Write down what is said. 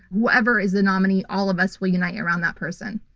whoever is the nominee, all of us will unite around that person.